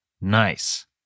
Nice